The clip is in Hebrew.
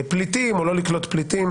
פליטים או לא לקלוט פליטים.